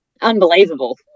unbelievable